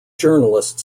journalist